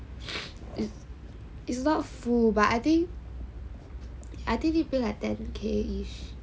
it's about full but I think fees pay like ten K ish